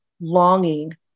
longing